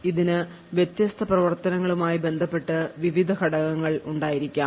അതിന് വ്യത്യസ്ത പ്രവർത്തനങ്ങളുമായി ബന്ധപ്പെട്ടു വിവിധ ഘടകങ്ങൾ ഉണ്ടായിരിക്കാം